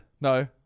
No